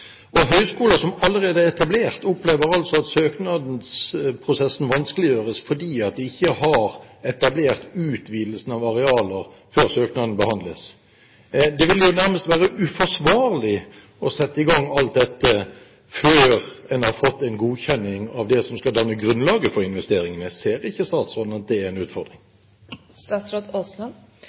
som allerede er etablert, opplever at søknadsprosessen vanskeliggjøres fordi de ikke har etablert utvidelsen av arealer før søknaden behandles. Det ville nærmest være uforsvarlig å sette i gang alt dette før en har fått en godkjenning av det som skal danne grunnlaget for investeringene. Ser ikke statsråden at det er en